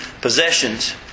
possessions